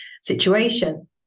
situation